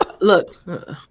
look